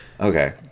Okay